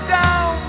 down